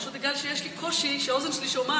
זה פשוט בגלל שיש לי קושי כשהאוזן שלי שומעת